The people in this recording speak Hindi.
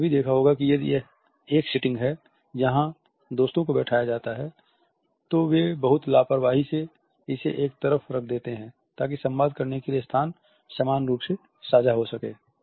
आपने यह भी देखा होगा कि यदि यह एक सीटिंग है जहां दोस्तों को बैठाया जाता है तो वे बहुत लापरवाही से इसे एक तरफ रख देते हैं ताकि संवाद करने के लिए स्थान समान रूप से साझा हो सके